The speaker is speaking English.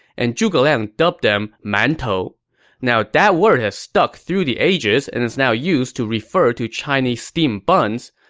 and zhuge liang dubbed them man tou. now that word has stuck through the ages and is now used to refer to chinese steamed buns,